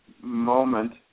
moment